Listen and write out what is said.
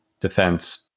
defense